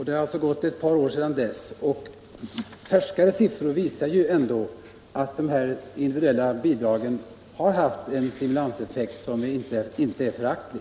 Det har gått ett par år sedan dess, och färskare siffror visar ändå att de individuella bidragen har haft en stimulanseffekt som inte är föraktlig.